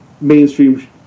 mainstream